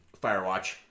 Firewatch